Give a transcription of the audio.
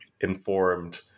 informed